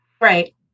Right